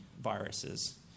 viruses